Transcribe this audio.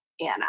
Anna